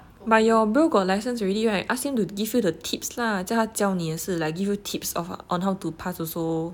but your bro got license already right ask him to give you the tips lah 叫他教你也是 like give you tips on how to pass also